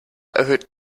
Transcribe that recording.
erhöht